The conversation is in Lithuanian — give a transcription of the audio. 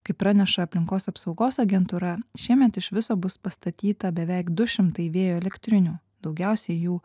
kaip praneša aplinkos apsaugos agentūra šiemet iš viso bus pastatyta beveik du šimtai vėjo elektrinių daugiausia jų